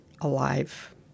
alive